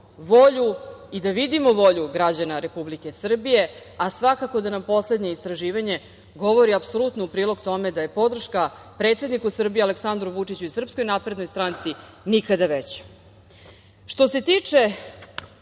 i da vidimo volju građana Republike Srbije, a svakako da nam poslednje istraživanje govori apsolutno u prilog tome da je podrška predsedniku Srbije Aleksandru Vučiću i SNS nikada veća. Što se tiče